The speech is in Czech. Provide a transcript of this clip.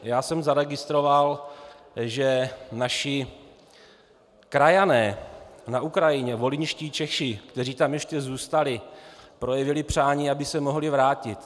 Já jsem zaregistroval, že naši krajané na Ukrajině, volyňští Češi, kteří tam ještě zůstali, projevili přání, aby se mohli vrátit.